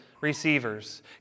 receivers